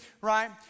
right